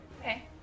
Okay